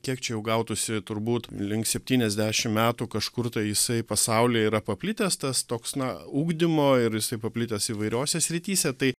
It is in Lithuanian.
kiek čia jau gautųsi turbūt link septyniasdešimt metų kažkur tai jisai pasaulyje yra paplitęs tas toks na ugdymo ir jisai paplitęs įvairiose srityse tai